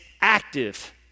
active